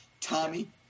Tommy